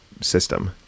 system